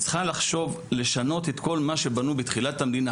צריכה לחשוב לשנות את כל מה שבנו בתחילת המדינה,